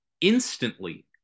instantly